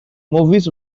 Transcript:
movies